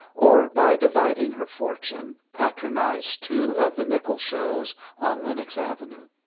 or by dividing her fortune patronize two of the nickel shows on lenox avenue.